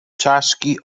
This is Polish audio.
czaszki